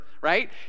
right